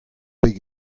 bet